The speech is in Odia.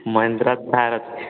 ମହିନ୍ଦ୍ରା ଭାରତ